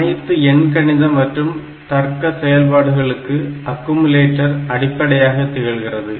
அனைத்து எண்கணிதம் மற்றும் தர்க்க செயல்பாடுகளுக்கும் அக்குமுலட்டர் அடிப்படையாகத் திகழ்கிறது